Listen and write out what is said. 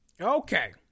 Okay